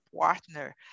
partner